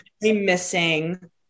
missing